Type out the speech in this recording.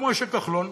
ומשה כחלון,